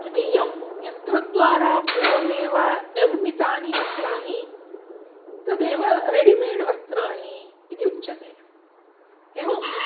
द्वितीयं यन्त्रद्वारा पूर्वमेव निर्मितानि वस्त्राणि तदेव रेडिमेड् वस्त्राणि इति उच्यते एवम्